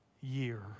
year